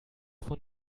von